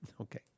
Okay